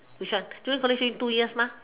which one junior college only two years mah